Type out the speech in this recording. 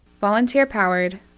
Volunteer-powered